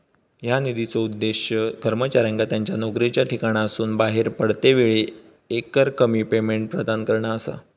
ह्या निधीचो उद्देश कर्मचाऱ्यांका त्यांच्या नोकरीच्या ठिकाणासून बाहेर पडतेवेळी एकरकमी पेमेंट प्रदान करणा असा